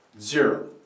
zero